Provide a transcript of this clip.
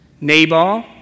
Nabal